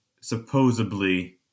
supposedly